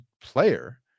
player